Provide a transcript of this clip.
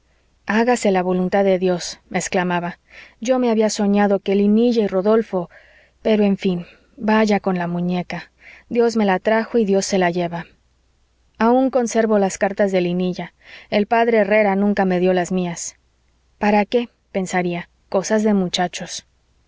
hágase la voluntad de dios exclamaba yo me había soñado que linilla y rodolfo pero en fin vaya con la muñeca dios me la trajo y dios se la lleva aun conservo las cartas de linilla el p herrera nunca me dio las mías para qué pensaría cosas de muchachos